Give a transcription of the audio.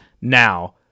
Now